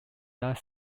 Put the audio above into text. that